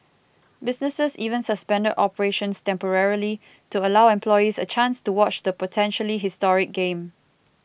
businesses even suspended operations temporarily to allow employees a chance to watch the potentially historic game